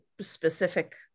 specific